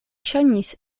ŝajnis